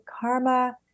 karma